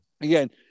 again